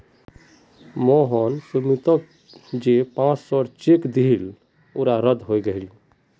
मोहन सुमीतोक जे पांच सौर चेक दियाहिल रद्द हंग गहील